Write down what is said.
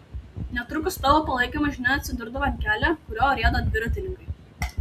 netrukus tavo palaikymo žinia atsidurdavo ant kelio kuriuo rieda dviratininkai